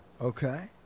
Okay